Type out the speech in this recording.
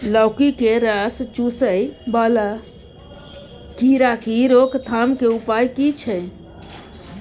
लौकी के रस चुसय वाला कीरा की रोकथाम के उपाय की छै?